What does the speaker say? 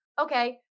Okay